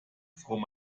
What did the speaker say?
from